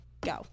go